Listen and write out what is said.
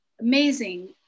amazing